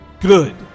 good